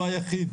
לא היחיד,